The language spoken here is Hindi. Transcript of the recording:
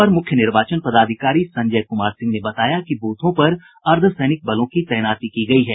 अपर मुख्य निर्वाचन पदाधिकारी संजय कुमार सिंह ने बताया बूथों पर अर्द्वसैनिक बलों की तैनाती की गयी है